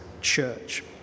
church